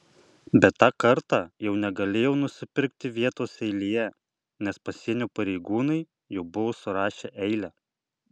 bet tą kartą jau negalėjau nusipirkti vietos eilėje nes pasienio pareigūnai jau buvo surašę eilę